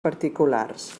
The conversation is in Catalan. particulars